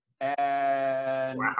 And-